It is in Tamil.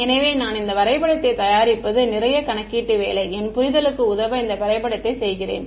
எனவே நான் இந்த வரைபடத்தை தயாரிப்பது நிறைய கணக்கீட்டு வேலை என் புரிதலுக்கு உதவ இந்த வரைபடத்தை செய்கிறேன்